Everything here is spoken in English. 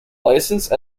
license